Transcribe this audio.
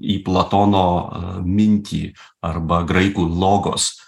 į platono mintį arba graikų logos